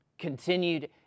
Continued